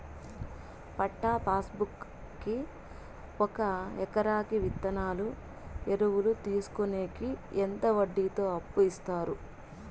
పట్టా pass book కి ఒక ఎకరాకి విత్తనాలు, ఎరువులు తీసుకొనేకి ఎంత వడ్డీతో అప్పు ఇస్తారు?